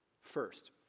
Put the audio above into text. First